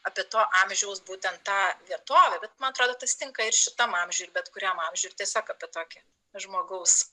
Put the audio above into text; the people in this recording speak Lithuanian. apie to amžiaus būtent tą vietovę bet man atrodo tas tinka ir šitam amžiui ir bet kuriam amžiui ir tiesiog pie tokį žmogaus